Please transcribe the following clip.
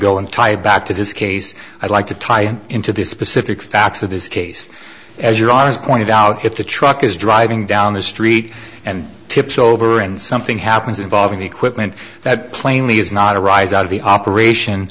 ago and tie back to this case i'd like to tie into this specific facts of this case as your daughter's pointed out if the truck is driving down the street and tips over and something happens involving the equipment that plainly is not a rise out of the operation